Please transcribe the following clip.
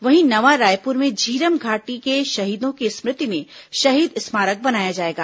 वहीं नवा रायपुर में झीरम घाटी के शहीदों की स्म ति में शहीद स्मारक बनाया जायेगा